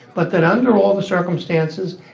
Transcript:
but that under all the circumstances,